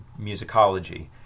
musicology